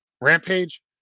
rampage